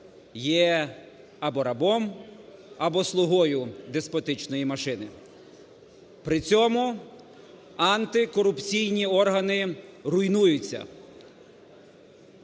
є або рабом, або слугою деспотичної машини. При цьому антикорупційні органи руйнуються.